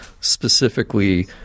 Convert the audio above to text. specifically